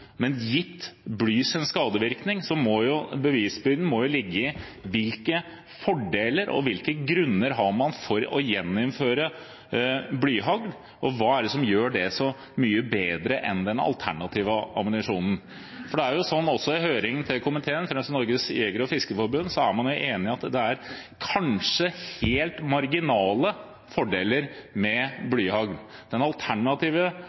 Men gitt blys skadevirkning må bevisbyrden ligge i hvilke fordeler og hvilke grunner man har for å gjeninnføre blyhagl, og hva som gjør det så mye bedre enn den alternative ammunisjonen. For det er sånn at i høringen til komiteen med Norges Jeger- og Fiskerforbund var man enig i at det kanskje er helt marginale fordeler med blyhagl. Den alternative